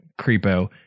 creepo